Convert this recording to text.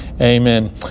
Amen